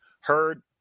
heard